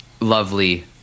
lovely